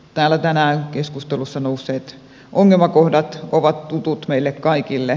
täällä tänään keskustelussa nousseet ongelmakohdat ovat tutut meille kaikille